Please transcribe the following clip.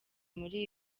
muri